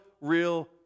real